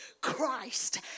Christ